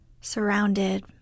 surrounded